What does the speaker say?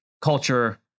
culture